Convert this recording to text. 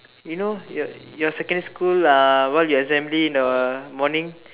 you know your your secondary school uh what your assembly in the morning